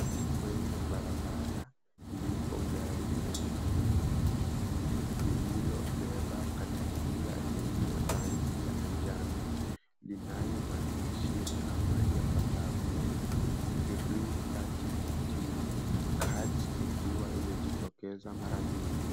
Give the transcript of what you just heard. Kwenye barabara lipo gari lenye miguu mingi lililobeba Caterpillar yenye rangi ya njano inayo maandishi kama yafuatavyo, 3300 CAT ikiwa imejitokeza mara mbili.